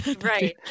Right